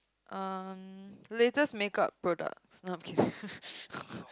um latest makeup products no I'm kidding